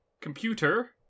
computer